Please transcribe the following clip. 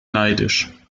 neidisch